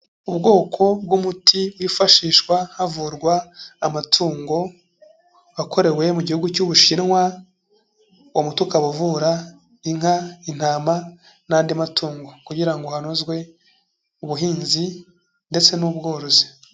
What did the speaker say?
Ubwoko bw'umuti wifashishwa havurwa amatungo, wakorewe mu gihugu cy'ubushinwa. Uwo muti ukaba uvura inka, intama n'andi matungo kugira ngo hanozwe ubuhinzi ndetse n'ubworozi.